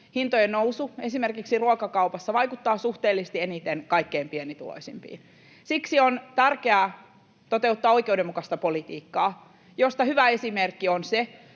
hintojen nousu esimerkiksi ruokakaupassa vaikuttaa suhteellisesti eniten kaikkein pienituloisimpiin. Siksi on tärkeää toteuttaa oikeudenmukaista politiikkaa, josta hyvä esimerkki on se,